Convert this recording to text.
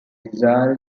rizal